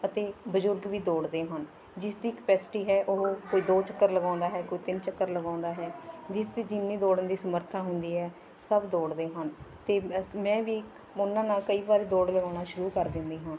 ਅਤੇ ਬਜ਼ੁਰਗ ਵੀ ਦੌੜਦੇ ਹਨ ਜਿਸ ਦੀ ਕਪੈਸਿਟੀ ਹੈ ਉਹ ਕੋਈ ਦੋ ਚੱਕਰ ਲਗਾਉਂਦਾ ਹੈ ਕੋਈ ਤਿੰਨ ਚੱਕਰ ਲਗਾਉਂਦਾ ਹੈ ਜਿਸ ਦੀ ਜਿੰਨੀ ਦੌੜਨ ਦੀ ਸਮਰੱਥਾ ਹੁੰਦੀ ਹੈ ਸਭ ਦੌੜਦੇ ਹਨ ਅਤੇ ਮੈਂ ਵੀ ਉਹਨਾਂ ਨਾਲ ਕਈ ਵਾਰ ਦੌੜ ਲਗਾਉਣਾ ਸ਼ੁਰੂ ਕਰ ਦਿੰਦੀ ਹਾਂ